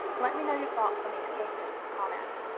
let me know your thoughts on these cases in the comments.